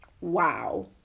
Wow